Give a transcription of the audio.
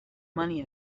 money